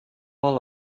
all